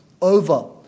over